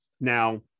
now